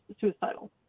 suicidal